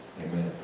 Amen